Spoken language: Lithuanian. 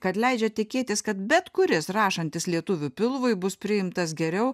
kad leidžia tikėtis kad bet kuris rašantis lietuvių pilvui bus priimtas geriau